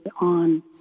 on